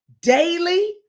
daily